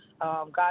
god